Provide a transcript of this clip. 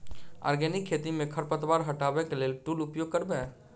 Organic खेती मे खरपतवार हटाबै लेल केँ टूल उपयोग करबै?